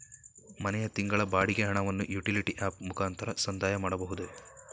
ಮನೆಯ ತಿಂಗಳ ಬಾಡಿಗೆ ಹಣವನ್ನು ಯುಟಿಲಿಟಿ ಆಪ್ ಮುಖಾಂತರ ಸಂದಾಯ ಮಾಡಬಹುದೇ?